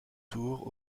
tour